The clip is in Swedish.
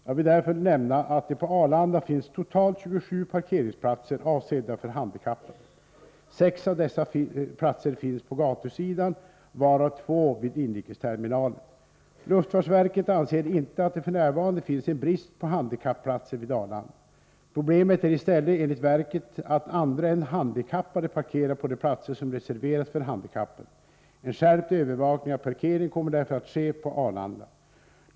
Jag vill därför nämna att det på Arlanda finns totalt 27 parkeringsplatser avsedda för handikappade. 6 av dessa platser finns på gatusidan, varav 2 vid inrikesterminalen. Luftfartsverket anser inte att det f. n. finns en brist på handikapplatser vid Arlanda. Problemet är i stället, enligt verket, att andra än handikappade parkerar på de platser som reserverats för handikappade. En skärpt övervakning av parkeringen kommer därför att ske på Arlanda.